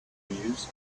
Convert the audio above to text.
mused